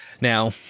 Now